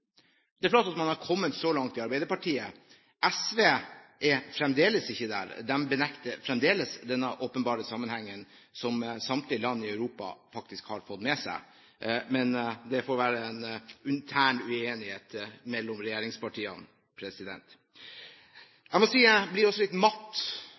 Det er flott at man har kommet så langt i Arbeiderpartiet. SV er fremdeles ikke der, de benekter fremdeles denne åpenbare sammenhengen som samtlige land i Europa faktisk har fått med seg. Men det får være en intern uenighet mellom regjeringspartiene.